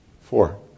four